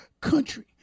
country